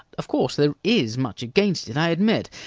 of course there is much against it, i admit.